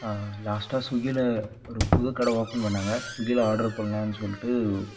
லாஷ்ட்டா ஸ்விகியில ஒரு புது கட ஓப்பன் பண்ணாங்கள் ஸ்விகியில ஆடர் பண்ணலான்னு சொல்லிட்டு